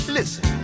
Listen